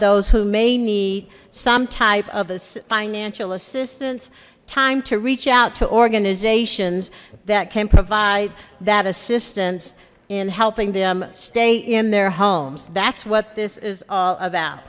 those who may need some type of a financial assistance time to reach out to organizations that can provide that assistance in helping them stay in their homes that's what this is all about